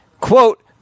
quote